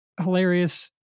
hilarious